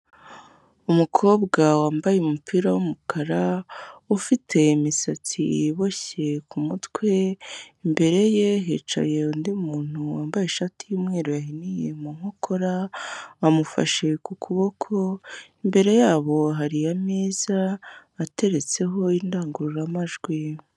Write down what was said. Umukobwa wambaye umupira w'umukara ufite imisatsi iboshye ku mutwe, imbere ye hicaye undi muntu wambaye ishati y'umweru yahiniye mu nkokora bamufashe ku kuboko, imbere yabo hari ameza ateretseho indangururamajwi.